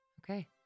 Okay